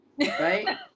right